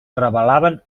revelaven